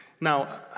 Now